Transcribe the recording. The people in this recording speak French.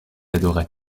adorait